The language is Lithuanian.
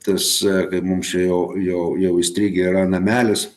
tas kaip mums čia jau jau jau įstrigę yra namelis